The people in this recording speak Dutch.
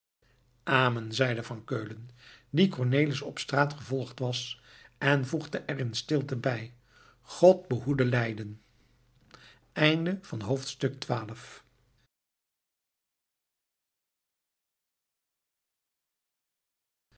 amen zeide van keulen die cornelis op straat gevolgd was en voegde er in stilte bij godt behoede leyden dertiende hoofdstuk